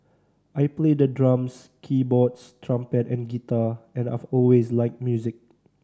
I play the drums keyboards trumpet and guitar and I've always liked music